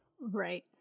Right